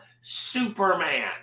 Superman